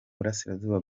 burasirazuba